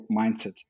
mindset